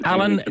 Alan